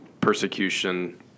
persecution